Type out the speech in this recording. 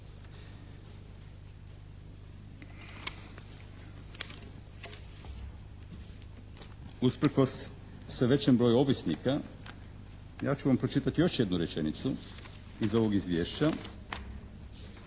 Usprkos sve većem broju ovisnika ja ću vam pročitati još jednu rečenicu iz ovog izvješća